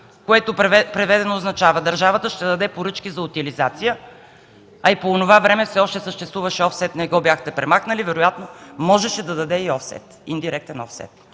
което, преведено, означава, че държавата ще даде поръчки за утилизация, а и по онова време все още съществуваше офсет – не го бяхте премахнали, вероятно можеше да даде и индиректен офсет.